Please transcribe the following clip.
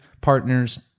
partners